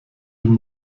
dem